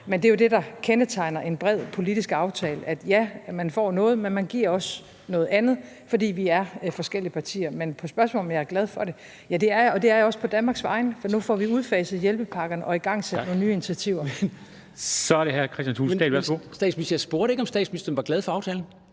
men det er jo det, der kendetegner en bred politisk aftale: Ja, man får noget, men man giver også noget andet, fordi vi er forskellige partier. Men på spørgsmålet, om jeg er glad for det, vil jeg sige: Ja, det er jeg, og det er jeg også på Danmarks vegne, for nu får vi udfaset hjælpepakkerne og igangsat nogle nye initiativer. Kl. 13:19 Formanden (Henrik Dam Kristensen): Så er det hr.